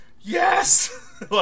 yes